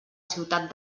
ciutat